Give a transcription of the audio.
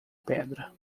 pedra